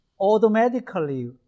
automatically